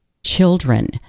children